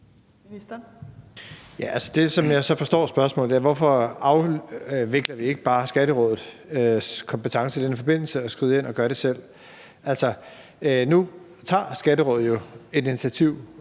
spørgsmålet sådan, at man spørger: Hvorfor afvikler vi ikke bare Skatterådets kompetence i den forbindelse og skrider ind og gør det selv? Altså, nu tager Skatterådet jo et initiativ